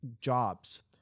jobs